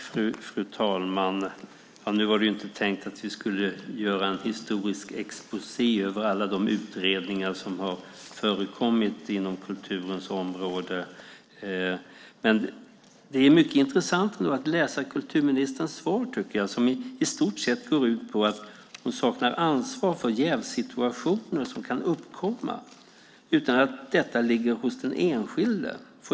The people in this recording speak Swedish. Fru talman! Nu var det inte tänkt att vi skulle göra en historisk exposé över alla de utredningar som har förekommit inom kulturens område. Det är ändå mycket intressant att läsa kulturministerns svar. Det går i stort sett ut på att hon saknar ansvar för jävssituationen som kan uppkomma, utan detta ligger hos den enskilde.